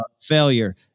failure